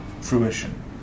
fruition